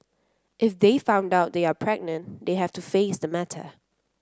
if they find out they are pregnant they have to face the matter